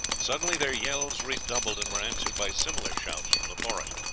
suddenly their yells redoubled, and were answered by similar shouts from the forest.